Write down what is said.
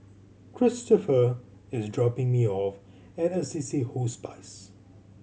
Cristopher is dropping me off at Assisi Hospice